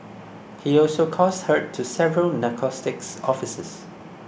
he also caused hurt to several narcotics officers